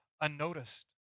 unnoticed